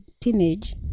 teenage